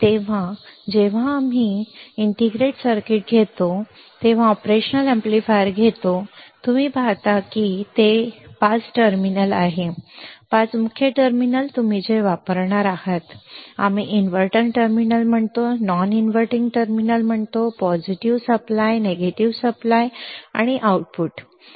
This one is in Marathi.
तेव्हा जेव्हा तुम्ही आमचे इंटिग्रेटेड सर्किट घेता जेव्हा तुम्ही ऑपरेशनल अॅम्प्लीफायर घेता तुम्ही जे पाहता ते तुम्ही पाहता की तेथे पाच टर्मिनल आहेत पाच मुख्य टर्मिनल जे तुम्ही वापरणार आहात आम्ही इन्व्हर्टिंग टर्मिनल म्हणतो आम्ही नॉन इन्व्हर्टिंग टर्मिनल म्हणतो आम्ही म्हणतो पॉझिटिव्ह सप्लाय सकारात्मक पुरवठा आम्ही नकारात्मक पुरवठा म्हणतो आम्ही आउटपुट म्हणतो